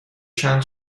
چند